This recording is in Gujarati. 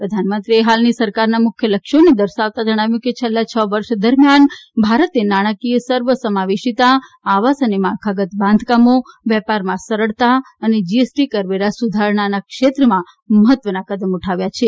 પ્રધાનમંત્રીએ હાલની સરકારના મુખ્ય લક્ષ્યોને દર્શાવતાં જણાવ્યું કે છેલ્લા છ વર્ષ દરમિયાન ભારતે નાણાકીય સર્વ સમાવેશિતા આવાસ અને માળખાગત બાંધકામો વેપારમાં સરળતા અને જીએસટી કરવેરા સુધારણાના ક્ષેત્રમાં મહત્વનું કદમ ઉઠાવ્યું છે